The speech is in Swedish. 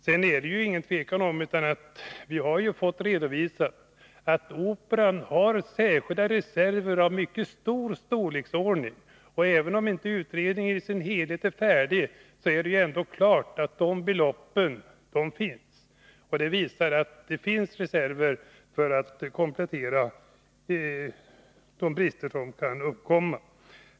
Det är vidare inget tvivel om att Operan, som vi fått redovisat, har särskilda reserver av betydande storlek. Även om utredningen inte i sin helhet är färdig, är det ändå klart att dessa reserver finns och att de kan kompensera de brister som kan uppkomma.